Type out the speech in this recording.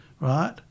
right